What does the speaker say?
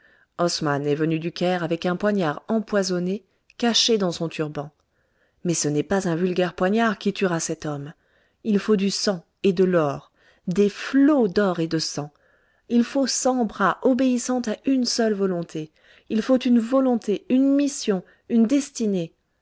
osman est venu du caire avec un poignard empoisonné caché dans son turban mais ce n'est pas un vulgaire poignard qui tuera cet homme il faut du sang et de l'or des flots d'or et de sang il faut cent bras obéissant à une seule volonté il faut une volonté une mission une destinée